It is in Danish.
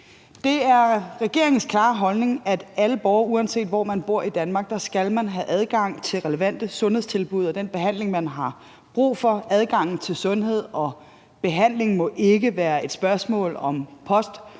Det er regeringens klare holdning, at alle borgere, uanset hvor man bor i Danmark, skal have adgang til relevante sundhedstilbud og den behandling, man har brug for. Adgangen til sundhed og behandling må ikke være et spørgsmål om et